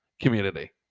community